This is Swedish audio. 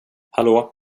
hallå